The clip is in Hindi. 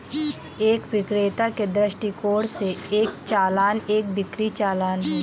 एक विक्रेता के दृष्टिकोण से, एक चालान एक बिक्री चालान है